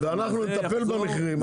ואנחנו נטפל במחירים.